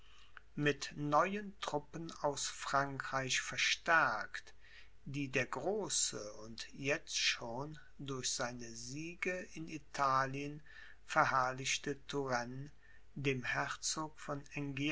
mit neuen truppen aus frankreich verstärkt die der große und jetzt schon durch seine siege in italien verherrlichte turenne dem herzog von